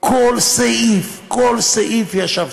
על כל סעיף, על כל סעיף ישבתי.